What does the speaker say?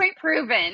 proven